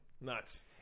Nuts